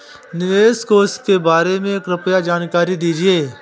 निवेश कोष के बारे में कृपया जानकारी दीजिए